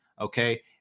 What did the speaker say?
Okay